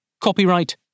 Copyright